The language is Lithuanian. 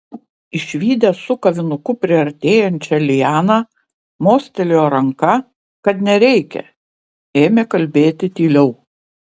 išvydęs su kavinuku priartėjančią lianą mostelėjo ranka kad nereikia ėmė kalbėti tyliau